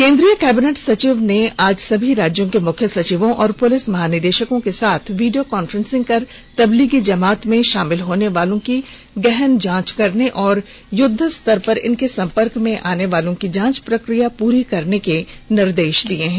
केन्द्रीय कैबिनेट सचिव ने आज सभी राज्यों के मुख्य सचिवों और पुलिस महानिदेषक के साथ वीडियो कॉन्फ्रेंसिंग कर तब्लीगी जमात में शामिल होने वालों के गहन जांच करने और युद्वस्तर पर इनके संपर्क में आनेवालों की जांच प्रक्रिया को पूरी करने के निर्देष दिए हैं